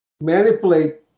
manipulate